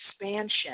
expansion